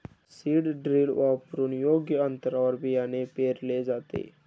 seed drill वापरून योग्य अंतरावर बियाणे पेरले जाते